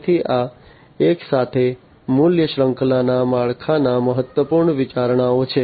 તેથી આ એકસાથે મૂલ્ય શૃંખલાના માળખાના મહત્વપૂર્ણ વિચારણાઓ છે